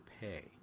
pay